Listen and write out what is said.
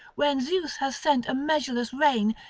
when zeus has sent a measureless rain,